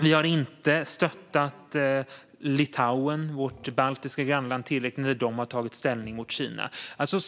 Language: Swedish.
Vi har inte heller stöttat vårt baltiska grannland Litauen tillräckligt när de har tagit ställning mot Kina.